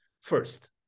First